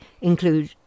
include